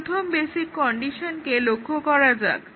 প্রথম বেসিক কন্ডিশনটিকে লক্ষ্য করা যাক